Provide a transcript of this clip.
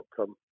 outcome